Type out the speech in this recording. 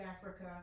Africa